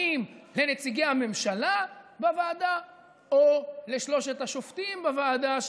לנציגי הממשלה בוועדה או לשלושת השופטים בוועדה,